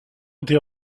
était